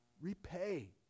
Repay